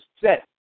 set